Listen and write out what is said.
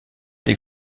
des